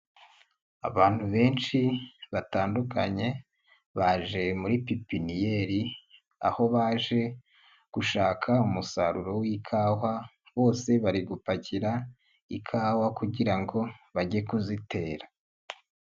Abantu benshi batandukanye baje muri pipiniyeri aho baje gushaka umusaruro w'ikawa, bose bari gupakira ikawa kugira ngo bajye kuzitera.